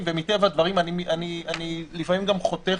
ללקוחות למשל,